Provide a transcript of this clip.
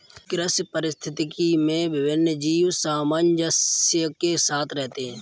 कृषि पारिस्थितिकी में विभिन्न जीव सामंजस्य के साथ रहते हैं